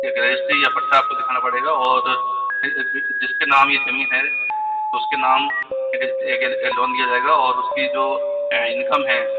एक रजिस्ट्री या पट्टा आपको दिखाना पड़ेगा और जिसके नाम ये जमीन है उसके नाम एक लोन दिया जाएगा और उसकी जो इनकम है